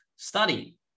study